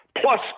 plus